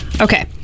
Okay